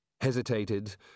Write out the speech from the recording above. hesitated